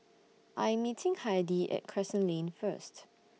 I Am meeting Heidi At Crescent Lane First